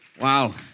Wow